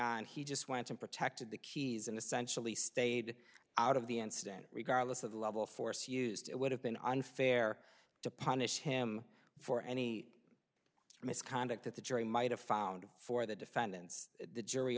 on he just went and protected the keys and essential he stayed out of the incident regardless of the level of force used it would have been unfair to punish him for any misconduct that the jury might have found for the defendants the jury